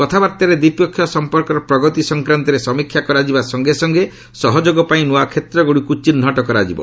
କଥାବାର୍ତ୍ତାରେ ଦ୍ୱିପକ୍ଷିୟ ସମ୍ପର୍କର ପ୍ରଗତି ସଂକ୍ରାନ୍ତରେ ସମୀକ୍ଷା କରାଯିବା ସଙ୍ଗେ ସଙ୍ଗେ ସହଯୋଗ ପାଇଁ ନୂଆ କ୍ଷେତ୍ରଗୁଡ଼ିକୁ ଚିହ୍ନଟ କରାଯିବ